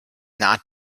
not